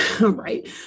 right